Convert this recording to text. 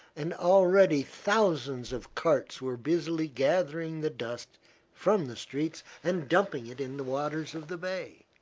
and already thousands of carts were busily gathering the dust from the streets and dumping it in the waters of the bay.